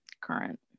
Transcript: current